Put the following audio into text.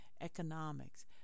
economics